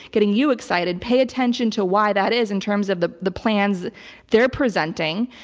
getting you excited, pay attention to why that is in terms of the the plans they're presenting.